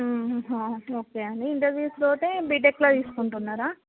అలా ఓకేనండి ఇంటర్వ్యూస్కి పోతే బీటెక్లో తీసుకుంటున్నారా